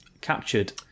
captured